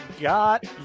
got